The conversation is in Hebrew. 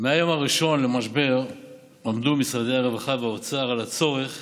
מהיום הראשון למשבר עמדו משרד הרווחה ומשרד האוצר על הצורך